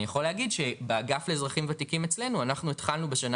אני יכול להגיד שבאגף לאזרחים וותיקים אצלינו אנחנו התחלנו בשנה